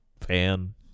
fan